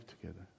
together